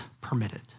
permitted